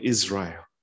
Israel